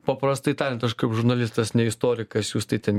paprastai tariant aš kaip žurnalistas ne istorikas jūs tai ten